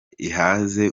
ihaze